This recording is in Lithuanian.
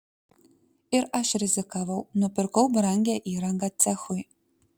ir aš rizikavau nupirkau brangią įrangą cechui